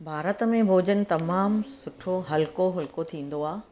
भारत में भोॼन तमामु सुठो हल्को फुल्को थींदो आहे